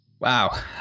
Wow